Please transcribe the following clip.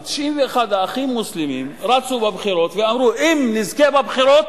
ב-1991 "האחים המוסלמים" רצו בבחירות ואמרו: אם נזכה בבחירות,